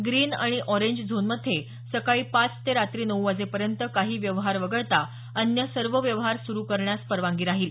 green आणि orange झोनमध्ये सकाळी पाच ते रात्री नऊ वाजेपर्यंत काही व्यवहार वगळता अन्य सर्व व्यवहार सुरू करण्यास परवानगी राहील